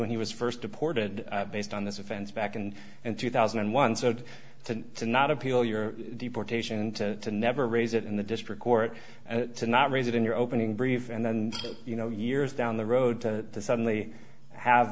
when he was first deported based on this offense back in and two thousand and one so to not appeal your deportation to never raise it in the district court to not raise it in your opening brief and then you know years down the road to suddenly have